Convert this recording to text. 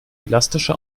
elastische